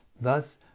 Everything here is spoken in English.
Thus